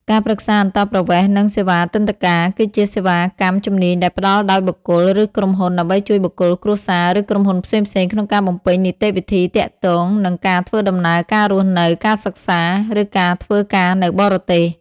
ការប្រឹក្សាអន្តោប្រវេសន៍ និង សេវាទិដ្ឋាការ គឺជាសេវាកម្មជំនាញដែលផ្តល់ដោយបុគ្គល ឬក្រុមហ៊ុន ដើម្បីជួយបុគ្គល គ្រួសារ ឬក្រុមហ៊ុនផ្សេងៗក្នុងការបំពេញនីតិវិធីទាក់ទងនឹងការធ្វើដំណើរ ការរស់នៅ ការសិក្សា ឬការធ្វើការនៅបរទេស។